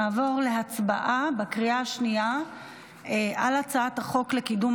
נעבור להצבעה בקריאה השנייה על הצעת חוק לקידום